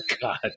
God